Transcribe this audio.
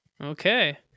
Okay